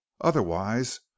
Otherwise